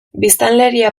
biztanleria